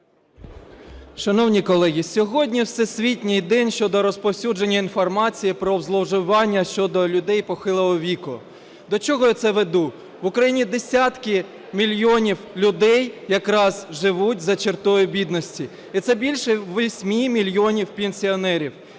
Шановні колеги, сьогодні всесвітній день щодо розповсюдження інформації про зловживання щодо людей похилого віку. До чого я це веду. В Україні десятки мільйонів людей якраз живуть за чертой бідності. І це більше 8 мільйонів пенсіонерів.